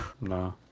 No